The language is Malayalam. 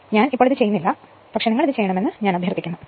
ഞാൻ ഇത് ചെയ്യുന്നില്ല ദയവായി ഇത് ചെയ്യണമെന്ന് ഞാൻ അഭ്യർത്ഥിക്കുന്നു